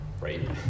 right